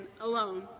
alone